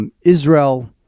Israel